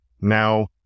Now